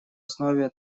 основе